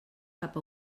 cap